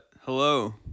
Hello